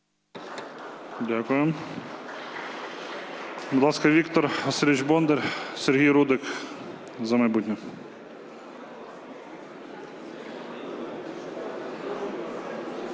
Дякую. Будь ласка, Віктор Васильович Бондар. Сергій Рудик, "За майбутнє".